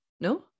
no